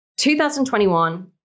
2021